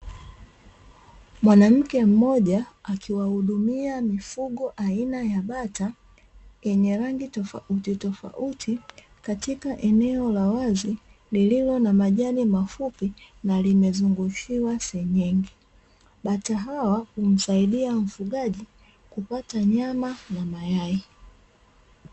Mwanamke mmoja akiwahudumia mifugo aina ya Bata, yenye rangi tofauti tofauti katika eneo la wazi lililo na majani mafupi na limezungushiwa senyenge. Bata hawa, mfugaji hupata nyama na mayai.